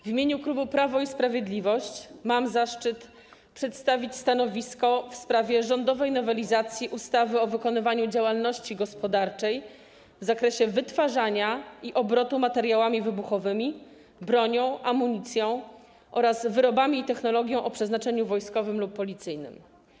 W imieniu klubu Prawo i Sprawiedliwość mam zaszczyt przedstawić stanowisko w sprawie rządowej nowelizacji ustawy o wykonywaniu działalności gospodarczej w zakresie wytwarzania i obrotu materiałami wybuchowymi, bronią, amunicją oraz wyrobami i technologią o przeznaczeniu wojskowym lub policyjnym.